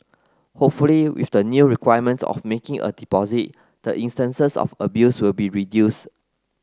hopefully with the new requirement of making a deposit the instances of abuse will be reduced